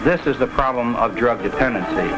this is the problem of drug dependency